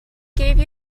gave